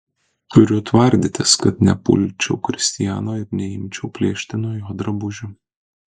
turiu tvardytis kad nepulčiau kristiano ir neimčiau plėšti nuo jo drabužių